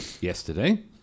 yesterday